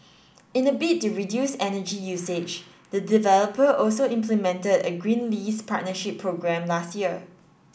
in a bid to reduce energy usage the developer also implemented a green lease partnership programme last year